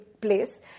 place